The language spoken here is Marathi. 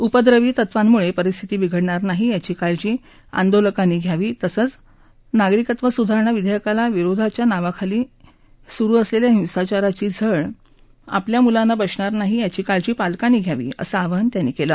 उपद्रवी तत्वांमुळे परिस्थिती बिघडणार नाही याची काळजी आंदोलकांनी घ्यावी तसंच नागरिकत्व सुधारणा विधेयकाला विरोधाच्या नावाखाली सुरू असलेल्या हिंसाचाराची झळ आपल्या मुलांना बसणार नाही याची काळजी पालकांनी घ्यावी असं आवाहन त्यांनी केलं